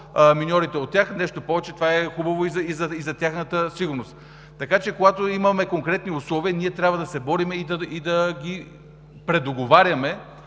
от тях. Нещо повече, това е хубаво и за тяхната сигурност. Така че, когато имаме конкретни условия, ние трябва да се борим и да ги предоговаряме,